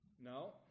No